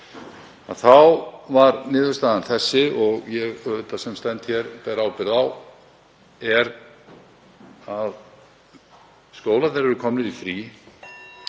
Þá var niðurstaðan þessi og ég sem stend hér ber ábyrgð á því. Skólarnir eru komnir í frí,